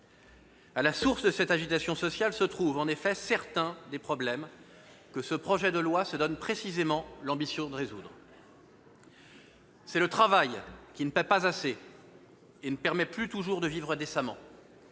À la source de cette situation se trouvent en effet certains des problèmes que ce projet de loi se donne précisément l'ambition de résoudre. C'est le travail, qui ne paie pas assez, et ne permet plus toujours de vivre décemment.